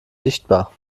sichtbar